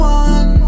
one